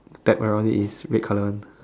tap around it is red colour one